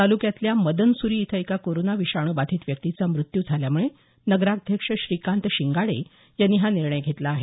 तालुक्यातल्या मदनसुरी इथं एका कोरोना विषाणू बाधित व्यक्तीचा मृत्यू झाल्यामुळे नगराध्यक्ष श्रीकांत शिंगाडे यांनी हा निर्णय घेतला आहे